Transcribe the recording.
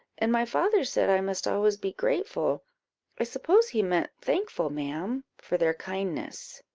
and my father said i must always be grateful i suppose he meant thankful, ma'am, for their kindness.